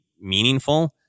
meaningful